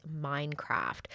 Minecraft